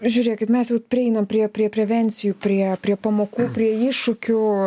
žiūrėkit mes jau prieinam prie prie prevencijų prie prie pamokų prie iššūkių